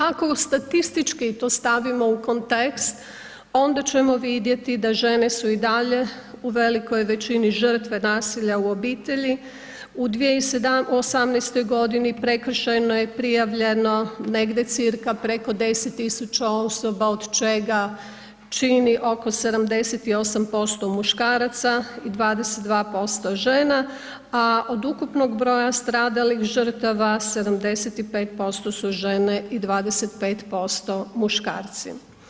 Ako i statistički to stavimo u kontekst, onda ćemo vidjeti da žene su i dalje u velikoj većini žrtve nasilja u obitelji, u 2018. g. prekršajno je prijavljeno negdje cca. preko 10 tisuća osoba, od čega čini oko 78% muškaraca i 22% žena, a od ukupnog broja stradalih žrtava 75% su žene i 25% muškarci.